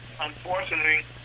unfortunately